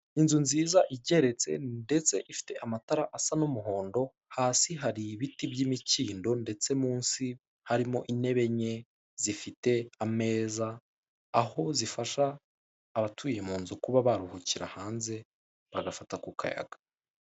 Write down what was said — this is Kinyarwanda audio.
Inzu nziza igeretse ndetse ifite amatara asa numuhondo hasi hari ibiti byimikindo ndetse munsi harimo intebe nke zifite ameza aho zifasha abatuye munzu kuba baruhukira hanze bagafata kukayaga.